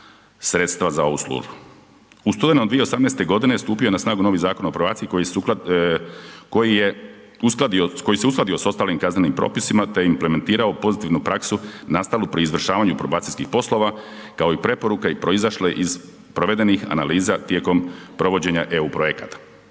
U studenom 2018. godine stupio je na snagu novi Zakon o probaciji koji sukladno, koji je uskladio, koji se uskladio s ostalim kaznenim propisima te implementirao pozitivnu praksu nastalu pri izvršavanju probacijskih poslova kao i preporuka proizašle iz provedenih analiza tijekom provođenja EU projekata.